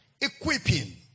equipping